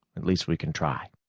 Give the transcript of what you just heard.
at least we can try.